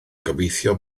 gobeithio